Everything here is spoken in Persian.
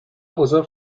بزرگ